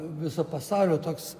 viso pasaulio toks